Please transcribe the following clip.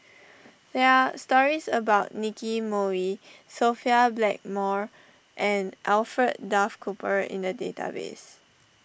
there are stories about Nicky Moey Sophia Blackmore and Alfred Duff Cooper in the database